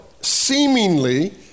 seemingly